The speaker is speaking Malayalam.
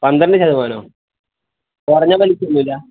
പന്ത്രണ്ട് ശതമാനമോ കുറഞ്ഞ പലിശയൊന്നുമില്ലേ